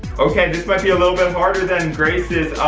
okay this might be a little bit harder than grace's